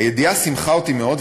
הידיעה שימחה אותי מאוד,